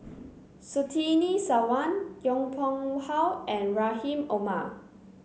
Surtini Sarwan Yong Pung How and Rahim Omar